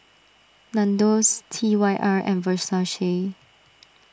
Nandos T Y R and Versace